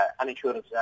uninsurance